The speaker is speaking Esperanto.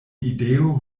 ideo